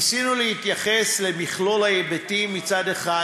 ניסינו להתייחס למכלול ההיבטים מצד אחד